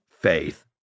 faith